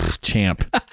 Champ